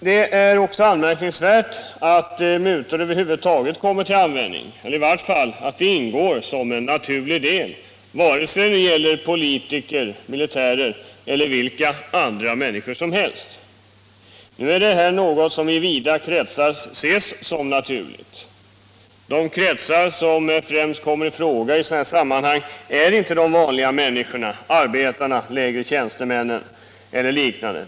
Det är också anmärkningsvärt att mutor över huvud taget kommer till användning, eller i varje fall att de ingår som en naturlig sak, vare sig det gäller politiker, militärer eller vilka andra människor som helst. Nu är detta något som i vida kretsar ses som naturligt. De kretsar som främst kommer i fråga i sådana här sammanhang är inte de vanliga människorna, arbetarna, de lägre tjänstemännen eller liknande grupper.